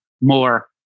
more